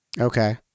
Okay